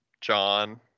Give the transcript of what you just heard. John